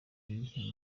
iyihe